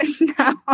no